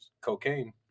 cocaine